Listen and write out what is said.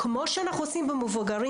כמו שאנחנו עושים במבוגרים.